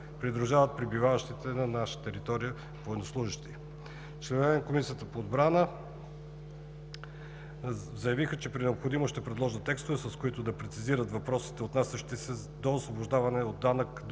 придружават пребиваващите на наша територия военнослужещи. Членовете на Комисията по отбрана заявиха, че при необходимост ще предложат текстове, с които да прецизират въпросите, отнасящи се до освобождаване от данък